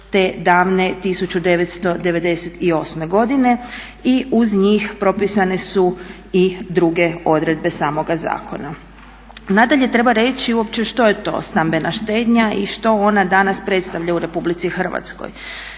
jošte davne 1998. godine i uz njih propisane su i druge odredbe samoga zakona. Nadalje, treba reći uopće što je to stambena štednja i što ona danas predstavlja u Republici Hrvatskoj.